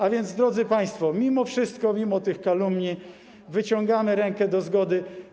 A więc, drodzy państwo, mimo wszystko, mimo tych kalumnii wyciągamy rękę do zgody.